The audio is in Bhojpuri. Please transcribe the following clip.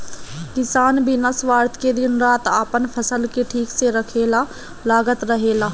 किसान बिना स्वार्थ के दिन रात आपन फसल के ठीक से रखे ला लागल रहेला